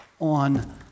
on